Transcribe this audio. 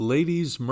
Ladies